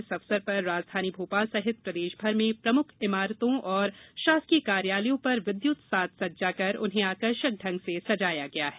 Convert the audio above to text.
इस अवसर पर राजधानी भोपाल सहित प्रदेशभर में प्रमुख इमारतों और शासकीय कार्यालयों पर विद्युत साज सज्जा कर उन्हें आकर्षक ढंग से सजाया गया है